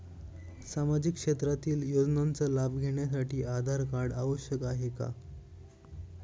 सामाजिक क्षेत्रातील योजनांचा लाभ घेण्यासाठी आधार कार्ड आवश्यक आहे का?